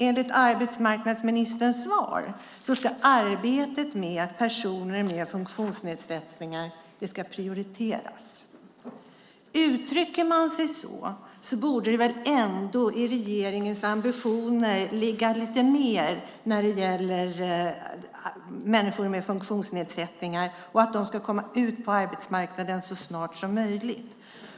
Enligt arbetsmarknadsministerns svar ska arbetet med personer med funktionsnedsättningar prioriteras. Uttrycker man sig så borde det väl i regeringens ambitioner ligga lite mer när det gäller människor med funktionsnedsättningar och att de ska komma ut på arbetsmarknaden så snart som möjligt.